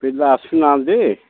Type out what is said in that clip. ପିଲା ଆସୁନାହାଁନ୍ତି